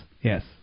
Yes